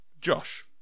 Josh